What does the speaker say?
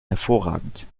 hervorragend